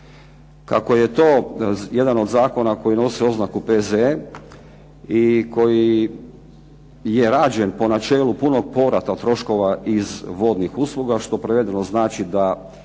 Kako je to jedan od zakona koji nose oznaku P.Z.E. i koji je rađen po načelu punog povrata troškova iz vodnih usluga, što prevedeno znači da